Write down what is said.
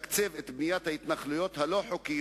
תמשיך לתקצב את בניית ההתנחלויות הלא-חוקיות,